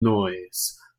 noise